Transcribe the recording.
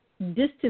distance